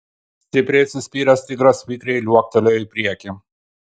stipriai atsispyręs tigras vikriai liuoktelėjo į priekį